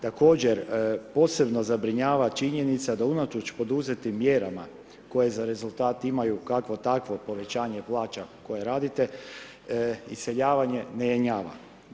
Također posebno zabrinjava činjenica da unatoč poduzetim mjerama koje za rezultat imaju kakvo takvo povećanje plaća koje radite, iseljavanje ne jenjava.